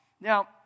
Now